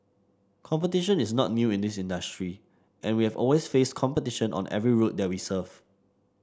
competition is not new in this industry and we have always faced competition on every route that we serve